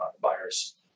buyers